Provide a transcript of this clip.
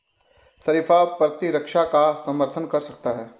शरीफा प्रतिरक्षा का समर्थन कर सकता है